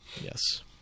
Yes